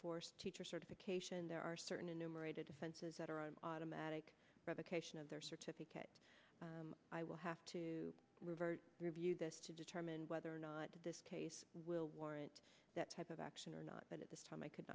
forced teacher certification there are certain enumerated offenses that are automatic revocation of their certificate i will have to revert to review this to determine whether or not this case will warrant that type of action or not but at this time i could